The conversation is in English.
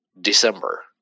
December